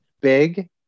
big